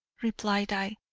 replied i,